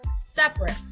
separate